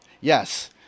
yes